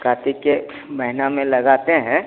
कार्तिक के महीना में लगाते हैं